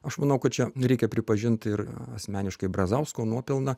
aš manau kad čia reikia pripažinti ir asmeniškai brazausko nuopelną